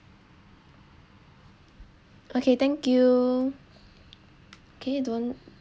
okay thank you K don't